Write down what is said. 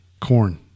Corn